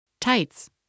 tights